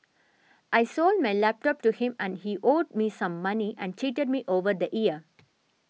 I sold my laptop to him and he owed me some money and cheated me over the year